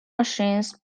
machines